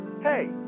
hey